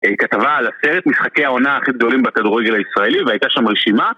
כתבה על הסרט משחקי העונה הכי גדולים בכדורגל הישראלי והייתה שם רשימה